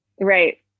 Right